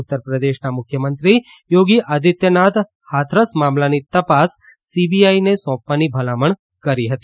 ઉત્તર પ્રદેશના મુખ્યમંત્રી યોગી આદિત્યનાથ હાથરસ મામલાની તપાસ સીબીઆઈને સોંપવાની ભલામણ કરી હતી